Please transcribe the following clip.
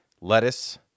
lettuce